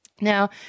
Now